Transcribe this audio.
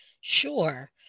Sure